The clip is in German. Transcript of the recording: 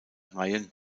reihen